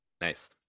Nice